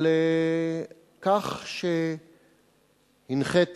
על כך שהנחית